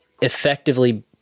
effectively